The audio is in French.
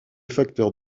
facteurs